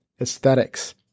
aesthetics